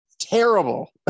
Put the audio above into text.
Terrible